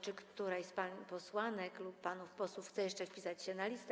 Czy ktoś z pań posłanek lub panów posłów chce jeszcze wpisać się na listę?